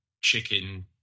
chicken